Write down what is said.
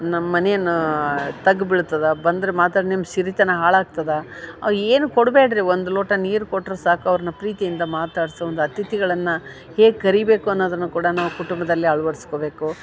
ನಮ್ಮ ಮನೇನ ತಗ್ ಬೀಳ್ತದ ಬಂದ್ರೆ ಮಾತ್ರ ನಿಮ್ಮ ಸಿರಿತನ ಹಾಳಾಗ್ತದೆ ಅವ್ ಏನು ಕೊಡ್ಬ್ಯಾಡ್ರಿ ಒಂದು ಲೋಟ ನೀರು ಕೊಟ್ರೆ ಸಾಕು ಅವ್ರ್ನ ಪ್ರೀತಿಯಿಂದ ಮಾತಾಡ್ಸೊ ಒಂದು ಅತಿಥಿಗಳನ್ನ ಹೇಗೆ ಕರಿಬೇಕು ಅನ್ನೋದನ್ನು ಕೂಡ ನಾವು ಕುಟುಂಬ್ದಲ್ಲೆ ಅಳ್ವಡ್ಸ್ಕೊಬೇಕು